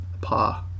Pa